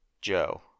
Joe